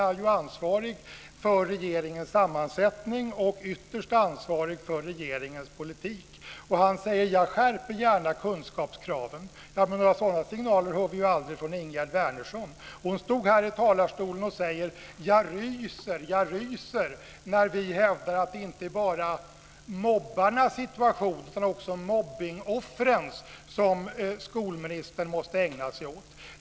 Han är ansvarig för regeringens sammansättning och ytterst ansvarig för regeringens politik. Han säger att han gärna skärper kunskapskraven. Men några sådana signaler hör vi aldrig från Ingegerd Wärnersson. Hon stod här i talarstolen och sade att hon ryser när hon hör oss hävda att det inte bara är mobbarnas situation utan också mobbningsoffrens som skolministern måste ägna sig åt.